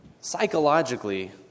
Psychologically